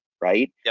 right